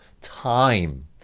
time